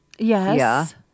Yes